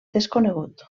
desconegut